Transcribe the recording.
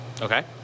Okay